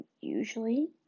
usually